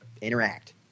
interact